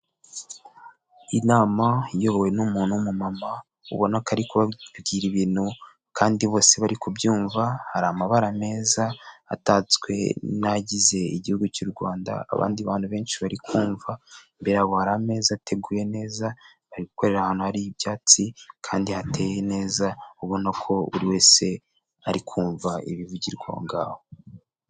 Inama iyobowe n'umuntu w'umumama, ubona ko ari kubabwira ibintu kandi bose bari kubyumva, hari amabara meza atatswe n'agize igihugu cy'u Rwanda, abandi bantu benshi bari kumva, imbere yabo hari ameza ateguye neza, bari gukorera ahantu hari ibyatsi kandi hateye neza, ubona ko buri wese ari kumva ibivugirwa ngaho.